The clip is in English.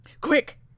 Quick